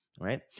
Right